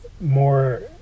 more